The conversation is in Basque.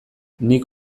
nik